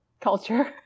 culture